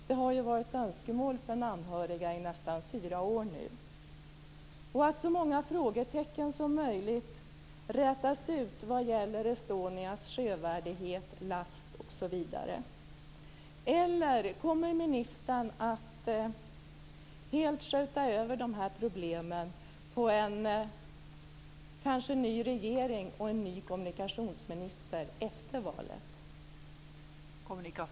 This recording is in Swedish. Det har varit ett önskemål från anhöriga i nästan fyra år nu. Kommer ministern att verka för att så många frågetecken som möjligt rätas ut vad gäller Estonias sjövärdighet, last osv., eller kommer ministern att helt skjuta över dessa problem på en eventuell ny regeringen och en eventuellt ny kommunikationsminister efter valet?